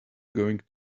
going